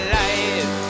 life